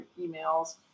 emails